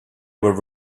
were